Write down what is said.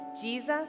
Jesus